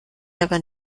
aber